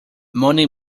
money